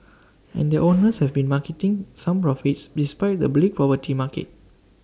and their owners have been marketing some profits despite the bleak property market